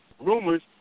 rumors